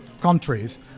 countries